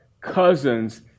cousins